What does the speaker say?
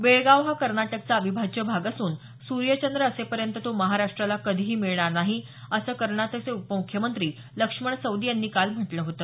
बेळगाव हा कर्नाटकचा अविभाज्य भाग असून सूये चंद्र असेपर्यंत तो महाराष्ट्राला कधीही मिळणार नाही असं कर्नाटकचे उपमुख्यमंत्री लक्ष्मण सवदी यांनी काल म्हटलं होतं